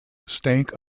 stank